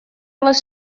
les